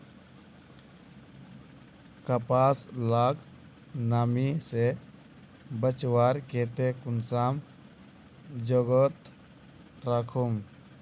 कपास लाक नमी से बचवार केते कुंसम जोगोत राखुम?